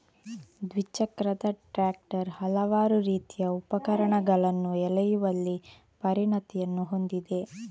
ದ್ವಿಚಕ್ರದ ಟ್ರಾಕ್ಟರ್ ಹಲವಾರು ರೀತಿಯ ಉಪಕರಣಗಳನ್ನು ಎಳೆಯುವಲ್ಲಿ ಪರಿಣತಿಯನ್ನು ಹೊಂದಿದೆ